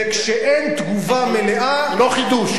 וכשאין תגובה מלאה, זה לא חידוש.